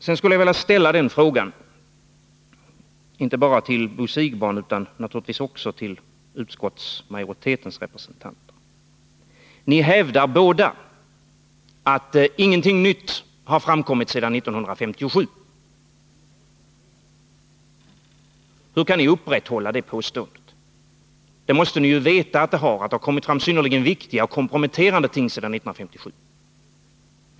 Sedan skulle jag vilja ställa en fråga, och då inte bara till Bo Siegbahn utan naturligtvis också till utskottsmajoritetens representanter. Ni hävdar båda att ingenting nytt har framkommit sedan 1957. Hur kan ni hålla fast vid det påståendet? Ni måste ju veta att det har framkommit synnerligen viktiga och komprometterande ting sedan 1957.